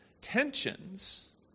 tensions